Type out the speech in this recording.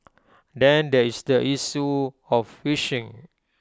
then there is the issue of fishing